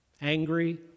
angry